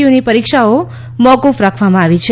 યુની પરીક્ષાઓ મોકૂફ રાખવામાં આવી છે